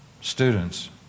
students